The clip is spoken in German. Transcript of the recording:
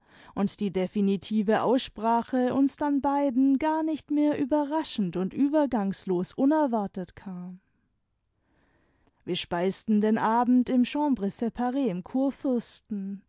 und die definitive aussprache uns dann beiden gar nicht mehr überraschend und übergangslos unerwartet kam wir speisten den abend im chambre spare im